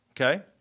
Okay